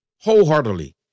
wholeheartedly